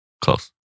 Close